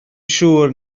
siŵr